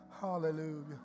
Hallelujah